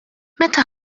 meta